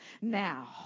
now